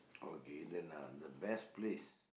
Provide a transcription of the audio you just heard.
okay then uh the best place